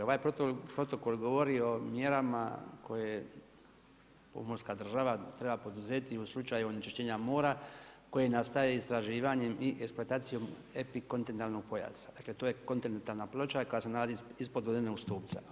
Ovaj protokol govori o mjerama koje pomorska država treba poduzeti u slučaju onečišćenja mora koje nastaje istraživanjem i eksploatacijom epikontinentalnog pojasa, dakle to je kontinentalna ploča koja se nalazi ispod ledenog stupca.